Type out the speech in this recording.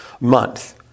month